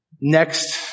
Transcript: next